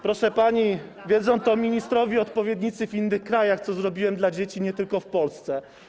Proszę pani, wiedzą to ministrowie, moi odpowiednicy w innych krajach, co zrobiłem dla dzieci, nie tylko w Polsce.